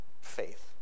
faith